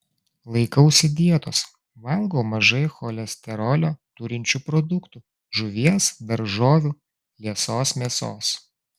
laikausi dietos valgau mažai cholesterolio turinčių produktų žuvies daržovių liesos mėsos